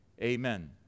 amen